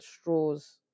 straws